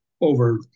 over